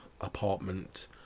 apartment